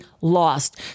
lost